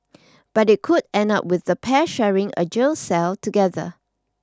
but it could end up with the pair sharing a jail cell together